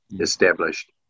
established